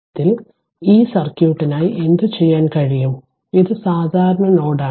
ഈ സാഹചര്യത്തിൽ ഈ സർക്യൂട്ടിനായി എന്തുചെയ്യാൻ കഴിയും ഇത് സാധാരണ നോഡാണ്